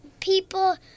people